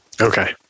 Okay